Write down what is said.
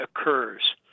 occurs